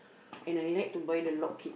and I like to buy the log cake